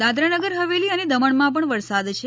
દાદરા નગર હવેલી અને દમણમાં પણ વરસાદ છે